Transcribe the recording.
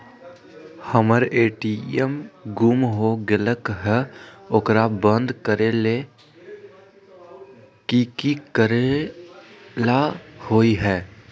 हमर ए.टी.एम गुम हो गेलक ह ओकरा बंद करेला कि कि करेला होई है?